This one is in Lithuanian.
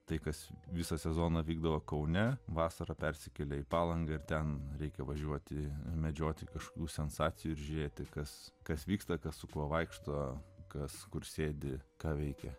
tai kas visą sezoną vykdavo kaune vasarą persikėlė į palangą ir ten reikia važiuoti medžioti kažkokių sensacijų ir žiūrėti kas kas vyksta kas su kuo vaikšto kas kur sėdi ką veikia